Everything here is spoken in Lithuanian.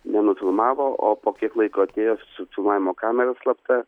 nenufilmavo o po kiek laiko atėjo su filmavimo kamera slapta